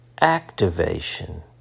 activation